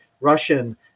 Russian